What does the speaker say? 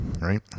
right